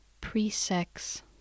pre-sex